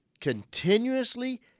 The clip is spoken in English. continuously